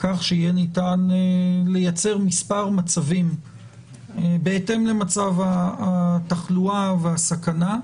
כך שיהיה ניתן לייצר מספר מצבים בהתאם למצב התחלואה והסכנה,